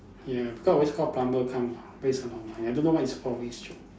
ya because I always call plumber come waste a lot of money I don't know why it's always choke